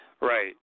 Right